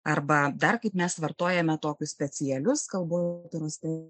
arba dar kaip mes vartojame tokius specialius kalbotyros terminus